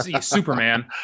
Superman